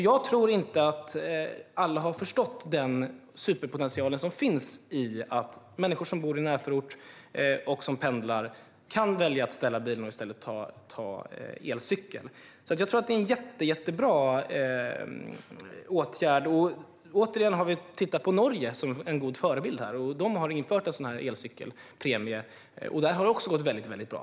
Jag tror inte att alla har förstått den superpotential som finns i att människor som bor i närförort och som pendlar kan välja att ställa bilen och i stället ta elcykel. Jag tror att det är en jättebra åtgärd. Vi har tittat på Norge som är en god förebild när det gäller det här. De har infört en sådan här elcykelpremie, och där har det gått väldigt bra.